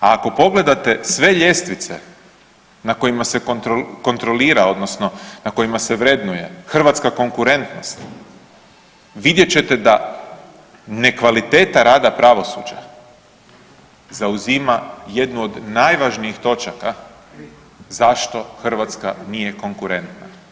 A ako pogledate sve ljestvice na kojima se kontrolira odnosno na kojima se vrednuje Hrvatska konkurentnost, vidjet ćete da ne kvaliteta rada pravosuđa zauzima jednu od najvažnijih točaka zašto Hrvatska nije konkurentna.